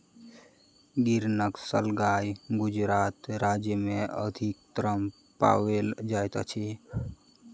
गिर नस्लक गाय गुजरात राज्य में अधिकतम पाओल जाइत अछि